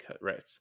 Right